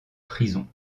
prisons